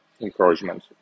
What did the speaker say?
encouragement